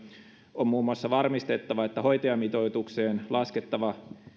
on muun muassa varmistettava että hoitajamitoitukseen laskettava